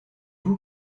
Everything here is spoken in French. vous